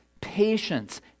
patience